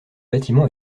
bâtiment